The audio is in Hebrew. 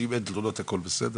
שאם אין תלונות הכול בסדר.